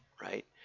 right